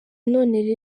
none